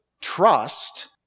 trust